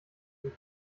sind